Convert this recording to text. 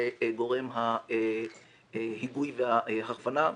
לגורם ההיגוי וההכוונה.